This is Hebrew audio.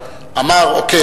אמר: אוקיי,